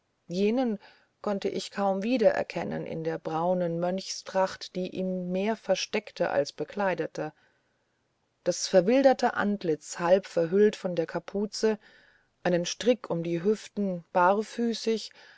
jenen konnte ich kaum wiedererkennen in der braunen mönchstracht die ihn mehr versteckte als bekleidete das verwilderte antlitz halb verhüllt von der kapuze einen strick um die hüfte barfüßig